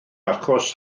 achos